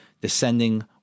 descending